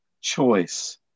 choice